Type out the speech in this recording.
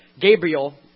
Gabriel